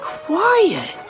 Quiet